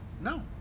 no